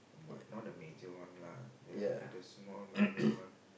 not a major one lah just a bit a small minor one